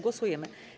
Głosujemy.